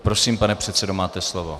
Prosím, pane předsedo, máte slovo.